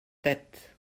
têtes